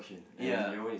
ya